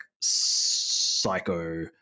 psycho